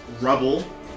rubble